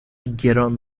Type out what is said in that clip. گران